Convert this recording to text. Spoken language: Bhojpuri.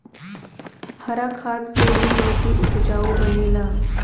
हरा खाद से भी माटी उपजाऊ बनेला